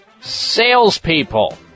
salespeople